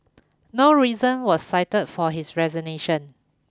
no reason was cited for his resignation